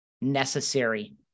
necessary